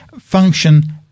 function